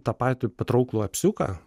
tą patį patrauklų epsiuką